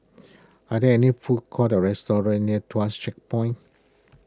are there any food courts or restaurants near Tuas Checkpoint